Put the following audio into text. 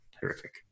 terrific